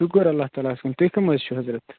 شُکُر اللّہ تعالٰہَس کُن تُہۍ کٕم حظ چھُو حَضرَت